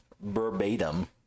verbatim